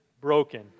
broken